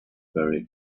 very